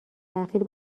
اخیر